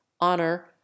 honor